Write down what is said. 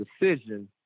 decision